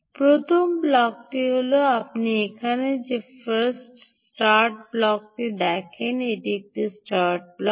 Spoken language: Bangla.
প্রথম ব্লকটি হল আপনি এখানে যে স্টার্ট ব্লকটি দেখেন এটি এটিই স্টার্ট ব্লক